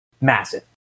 massive